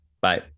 Bye